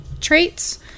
traits